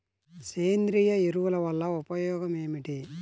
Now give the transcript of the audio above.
సేంద్రీయ ఎరువుల వల్ల ఉపయోగమేమిటీ?